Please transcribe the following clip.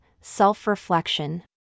Self-reflection